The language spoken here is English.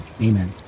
Amen